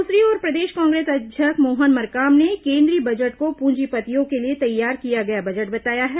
दूसरी ओर प्रदेश कांग्रेस अध्यक्ष मोहन मरकाम ने केंद्रीय बजट को पूंजीपतियों के लिए तैयार किया गया बजट बताया है